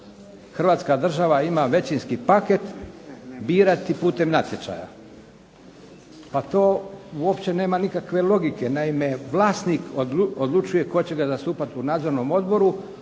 Hrvatska država ima većinski paket birati putem natječaja. Pa to uopće nema nikakve logike. Naime, vlasnik odlučuje tko će ga zastupati u nadzornom odboru,